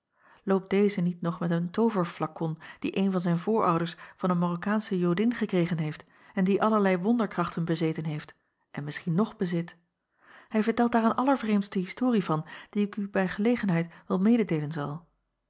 deze niet nog met een tooverflakon die een van zijn voorouders van een arokkaansche odin gekregen heeft en die allerlei wonderkrachten bezeten heeft en misschien nog bezit ij vertelt daar een allervreemdste historie van die ik u bij gelegenheid wel mededeelen zal